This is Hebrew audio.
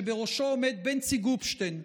שבראשו עומד בנצי גופשטיין,